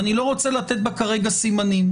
ואני לא רוצה לתת בה כרגע סימנים,